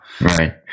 Right